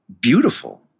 beautiful